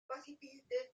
possibilités